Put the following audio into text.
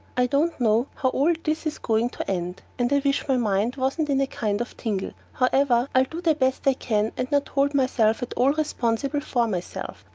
i don't know how all this is going to end, and i wish my mind wasn't in a kind of tingle. however, i'll do the best i can and not hold myself at all responsible for myself,